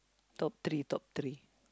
top three top three